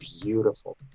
beautiful